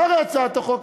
מה להצעת החוק?